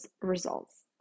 results